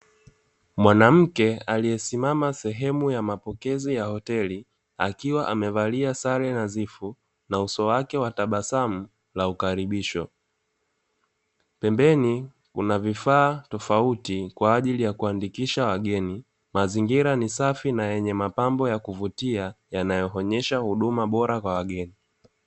Mwanamke aliyesimama sehemu ya mapokezi ya hoteli akiwa amevalia sare na zifu na uso wake watabasamu la ukaribisho, pembeni kuna vifaa tofauti kwa ajili ya kuandikisha wageni mazingira ni safi na yenye mapambo ya kuvutia yanayoonyesha huduma bora kwa wageni.